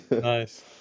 Nice